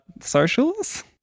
socials